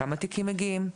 כמה תיקים מגיעים,